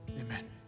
Amen